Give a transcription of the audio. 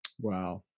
Wow